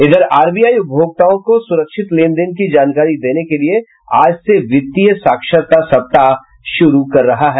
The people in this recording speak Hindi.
उधर आरबीआई उपभोक्ताओं को सुरक्षित लेनदेन की जानकारी देने के लिये आज से वित्तीय साक्षरता सप्ताह शुरू कर रहा है